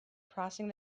crossing